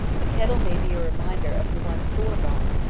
the kettle may be a reminder of the one thor got,